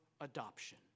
adoption